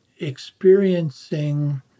experiencing